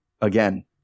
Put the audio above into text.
again